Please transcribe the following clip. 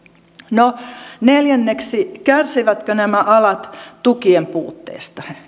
sisältyy neljänneksi kärsivätkö nämä alat tukien puutteesta